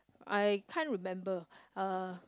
I can't remember uh